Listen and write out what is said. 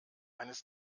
eines